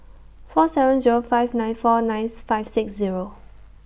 four seven Zero five nine four ninth five six Zero